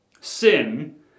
Sin